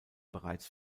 bereits